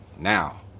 Now